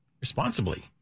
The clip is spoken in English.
responsibly